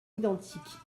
identiques